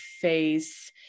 face